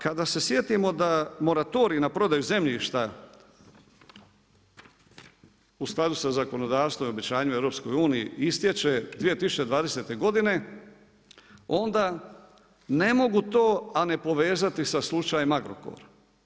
Kada se sjetimo da moratorij na prodaju zemljišta u skladu sa zakonodavstvom i obećanju EU-u istječe 2020. godine, onda ne mogu to a ne povezati sa slučajem Agrokor.